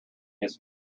his